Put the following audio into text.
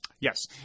yes